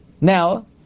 Now